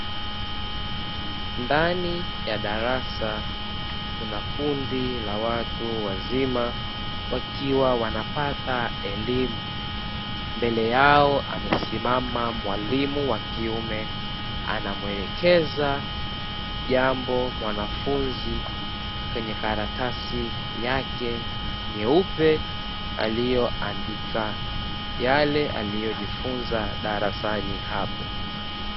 Ndani ya darasa kuna kundi la watu wazima wakiwa wanapata elimu, mbele yao amesimama mwalimu wa kiume anamwelekeza jambo mwanafunzi kwenye karatasi yake nyeupe, aliyoandika yale aliyojifunza darasani hapo.